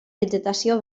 vegetació